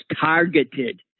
targeted